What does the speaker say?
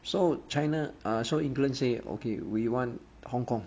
so china err so england say okay we want hong-kong